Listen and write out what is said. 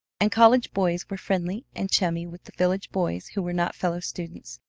and college boys were friendly and chummy with the village boys who were not fellow-students,